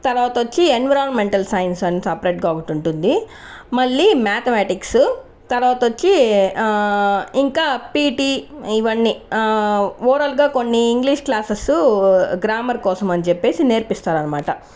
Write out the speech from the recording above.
తర్వాత వచ్చి environmental science అని సపరేట్గా ఒకటుంటుంది మళ్ళీ మ్యాథమెటిక్స్ తర్వాత వచ్చి ఇంకా పిటి ఇవన్నీ ఓరల్గా కొన్ని ఇంగ్లీష్ క్లాస్సేస్సు గ్రామర్ కోసం అని చెప్పేసి నేర్పిస్తారన్మాట